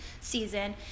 season